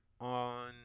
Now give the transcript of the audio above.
on